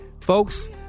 Folks